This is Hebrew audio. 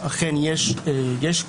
שאכן יש קושי.